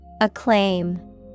Acclaim